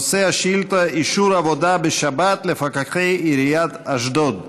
נושא השאילתה: אישור עבודה בשבת לפקחי עיריית אשדוד.